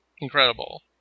incredible